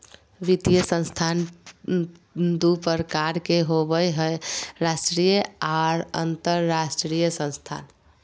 वित्तीय संस्थान दू प्रकार के होबय हय राष्ट्रीय आर अंतरराष्ट्रीय संस्थान